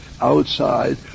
outside